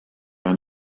and